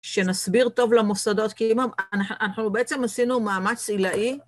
שנסביר טוב למוסדות, כי אנחנו בעצם עשינו מאמץ עילאי.